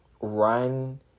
run